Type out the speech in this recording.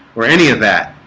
or any of that.